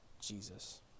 Jesus